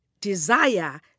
desire